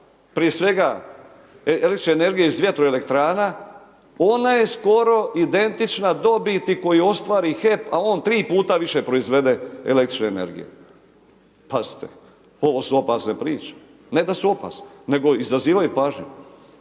prije svega električne energije iz vjetroelektrana ona je skoro identična dobiti koju ostvari HEP a on tri puta više proizvede električne energije. Pazite, ovo su opasne priče, ne da su opasne nego izazivaju pažnju.